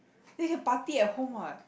then you can party at home what